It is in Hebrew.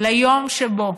ליום שבו